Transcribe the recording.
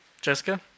Jessica